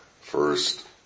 first